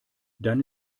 dann